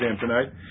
tonight